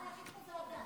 לרשותך שלוש דקות.